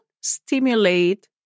stimulate